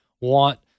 want